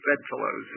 bedfellows